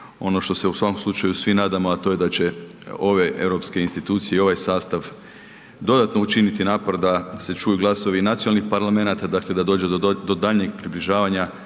Ono što se u svakom slučaju svi nadamo, a to je da će ove europske institucije i ovaj sastav dodatno učiniti napor da se čuju glasovi i nacionalnih parlamenata, dakle da dođe do daljnjeg približavanja